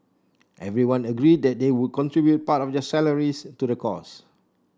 everyone agreed that they would contribute part of their salaries to the cause